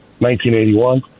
1981